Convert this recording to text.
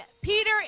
Peter